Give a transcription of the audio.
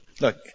Look